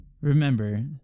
Remember